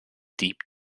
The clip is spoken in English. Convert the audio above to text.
deep